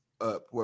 up